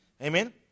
Amen